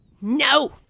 No